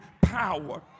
power